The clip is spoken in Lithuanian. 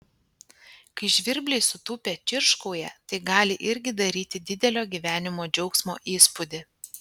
kai žvirbliai sutūpę čirškauja tai gali irgi daryti didelio gyvenimo džiaugsmo įspūdį